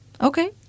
Okay